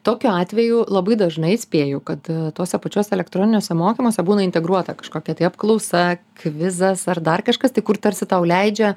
tokiu atveju labai dažnai spėju kad tuose pačiuose elektroniniuose mokymuose būna integruota kažkokia tai apklausa kvizas ar dar kažkas tai kur tarsi tau leidžia